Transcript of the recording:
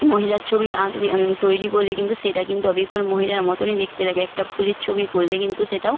মহিলার ছবি আঁকলে তৈরি করলে কিন্তু সেটা কিন্তু অবিকল মহিলার মতনই দেখতে লাগে একটা ফুলের ছবি করলে কিন্তু সেটাও